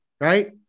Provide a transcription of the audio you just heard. right